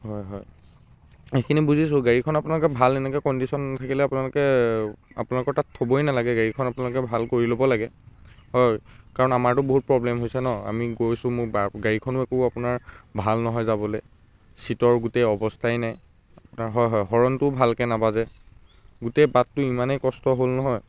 হয় হয় এইখিনি বুজিছোঁ গাড়ীখন আপোনালোকে ভাল এনেকৈ কণ্ডিশ্যনত নাথাকিলে আপোনালোকে আপোনালোকৰ তাত থ'বই নালাগে গাড়ীখন আপোনালোকে ভাল কৰি ল'ব লাগে হয় কাৰণ আমাৰতো বহুত প্ৰব্লেম হৈছে ন আমি গৈছোঁ মোৰ বাৰ গাড়ীখনো একো আপোনাৰ ভাল নহয় যাবলে ছীটৰ গোটেই অৱস্থাই নাই তাৰ হয় হয় হৰণটোও ভালকৈ নাবাজে গোটেই বাটটো ইমানেই কষ্ট হ'ল নহয়